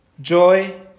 joy